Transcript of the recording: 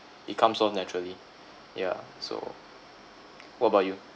it comes off naturally yeah so what about you